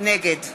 נגד